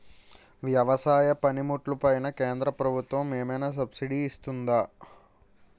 వ్యవసాయ పనిముట్లు పైన కేంద్రప్రభుత్వం ఏమైనా సబ్సిడీ ఇస్తుందా?